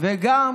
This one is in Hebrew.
וגם